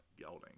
gelding